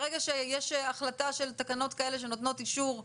ברגע שיש החלטה של תקנות כאלה שנותנות אישור להגדלת,